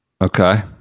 Okay